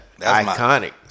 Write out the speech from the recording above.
iconic